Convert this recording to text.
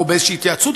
או באיזו התייעצות,